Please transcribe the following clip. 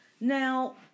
Now